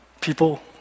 people